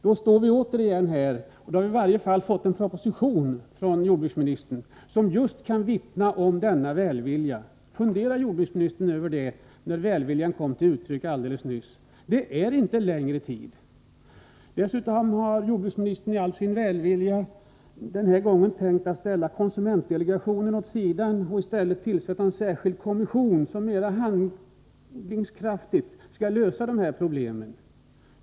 Då står vi återigen här, och då har vi i varje fall fått en proposition från jordbruksministern som just kan vittna om hans välvilja. Fundera över det, jordbruksministern, med tanke på den välvilja som kom till uttryck alldeles nyss: Det är inte längre tid! Dessutom har jordbruksministern i all sin välvilja den här gången tänkt ställa konsumentdelegationen åt sidan och i stället tillsätta en särskild kommission som mera handlingskraftigt skall lösa problemen.